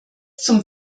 zum